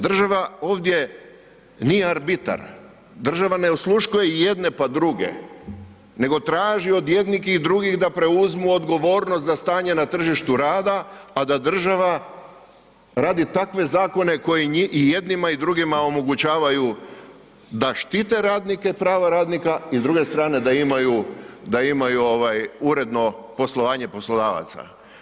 Država ovdje nije arbitar, država ne osluškuje jedne pa druge nego traži od jednih i drugih da preuzmu odgovornost za stanje na tržištu rada, a da država radi takve zakone koji i jednima i drugima omogućavaju da štite radnike i prava radnika i s druge strane da imaju uredno poslovanje poslodavaca.